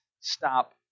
stop